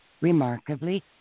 Remarkably